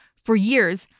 for years,